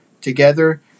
Together